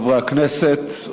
חברי הכנסת,